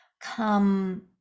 come